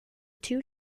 two